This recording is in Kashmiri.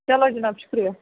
چلو جناب شُکریہ